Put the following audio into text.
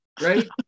right